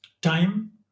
time